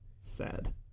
Sad